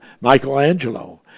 Michelangelo